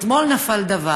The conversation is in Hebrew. אתמול נפל דבר: